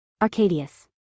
Arcadius